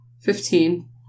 Fifteen